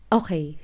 okay